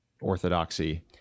orthodoxy